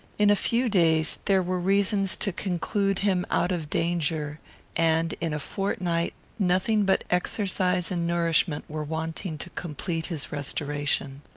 in a few days, there were reasons to conclude him out of danger and, in a fortnight, nothing but exercise and nourishment were wanting to complete his restoration.